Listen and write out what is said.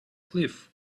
cliff